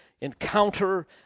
encounter